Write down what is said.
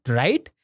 right